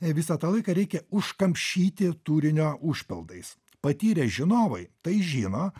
visą tą laiką reikia užkamšyti turinio užpildais patyrę žinovai tai žino